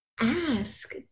ask